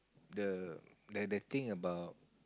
the they they think about